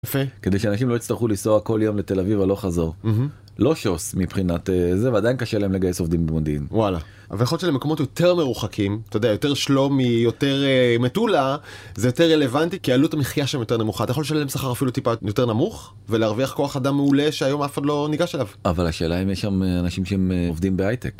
כדי שאנשים לא יצטרכו לנסוע כל יום לתל אביב הלוך חזור לא שוס מבחינת זה ועדיין קשה להם לגייס עובדים במודיעין וואלה. שבמקומות יותר מרוחקים, אתה יודע, יותר שלומי יותר מטולה זה יותר רלוונטי כי עלות המחיה שם יותר נמוכה אתה יכול לשלם שכר אפילו טיפה יותר נמוך ולהרוויח כוח אדם מעולה שהיום אף אחד עוד לא ניגש אליו אבל השאלה אם יש שם אנשים שהם עובדים בייטק.